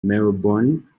melbourne